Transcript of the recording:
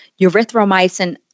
erythromycin